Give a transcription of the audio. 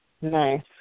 Nice